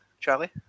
Charlie